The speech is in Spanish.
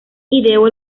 ideó